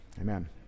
amen